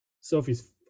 Sophie's